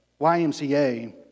YMCA